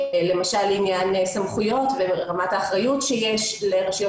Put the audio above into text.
למשל לעניין סמכויות ורמת האחריות שיש לרשויות